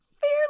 fairly